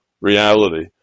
reality